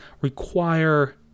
require